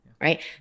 right